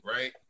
right